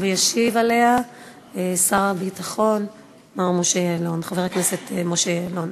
ישיב עליה שר הביטחון חבר הכנסת משה יעלון.